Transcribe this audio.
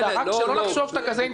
שלא נחשוב שאתה כזה אינטליגנט.